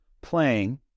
playing